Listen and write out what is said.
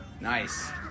Nice